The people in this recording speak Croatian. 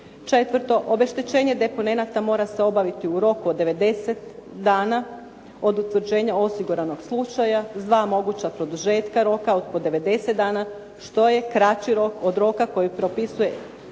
Četvrto, obeštećenje deponenata mora se obaviti u roku od 90 dana od utvrđenja osiguranoga slučaja s dva moguća produžetka roka od po 90 dana, što je kraći rok od roka koji propisuje direktiva